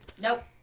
Nope